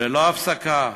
ללא הפסקה,